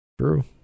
true